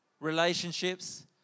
relationships